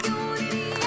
unity